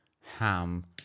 ham